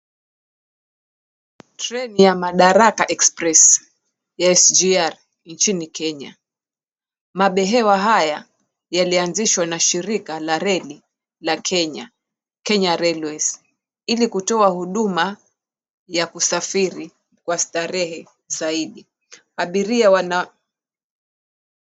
Treni ya Madaraka Express ya SGR nchini Kenya, mabehewa haya yalianzishwa na shirika la reli la Kenya (Kenya Railways) ili kutoa huduma ya kusafiri kwa starehe zaidi abiria wana.